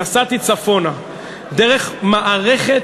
נסעתי צפונה דרך מערכת,